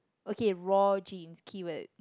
okay raw jeans keyword